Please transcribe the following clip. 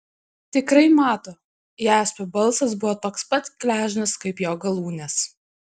tikrai mato jaspio balsas buvo toks pat gležnas kaip jo galūnės